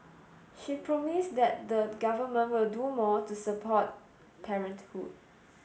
she promised that the government will do more to support parenthood